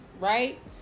right